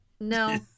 No